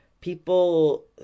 People